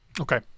Okay